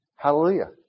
Hallelujah